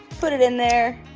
put it in there,